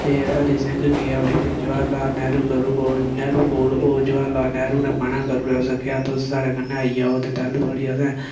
एह् हरि सिंह गेआ उठी फ्ही जवाहर लाल नैहरू कोल ओह् नैहरू कोल ओह् जवाहर लाल नैहरू ने मनाह् करी ओड़ेआ उस आखेआ तुस साढ़े कन्नै आई जाओ ते तैहलूं थुआढ़ी असें